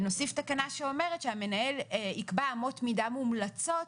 ונוסיף תקנה שאומרת שהמנהל יקבע אמות מידה מומלצות,